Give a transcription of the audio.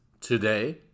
today